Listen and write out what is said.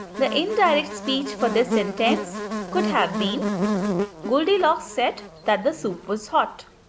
the indirect speech for this sentence could have been goldilocks said that the soup was hot.